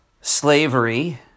slavery